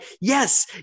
yes